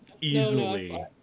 easily